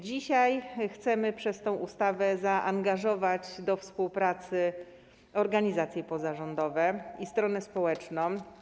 Dzisiaj chcemy w przypadku tej ustawy zaangażować do współpracy organizacje pozarządowe i stronę społeczną.